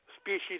species